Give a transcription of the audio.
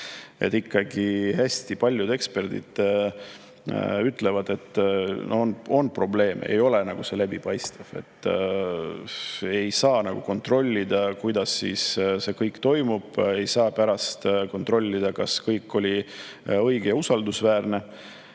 Ikkagi hästi paljud eksperdid ütlevad, et on probleeme, need ei ole läbipaistvad, ei saa kontrollida, kuidas see kõik toimub, ei saa pärast kontrollida, kas kõik oli õige ja usaldusväärne.